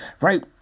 right